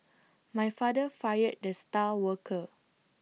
my father fired the star worker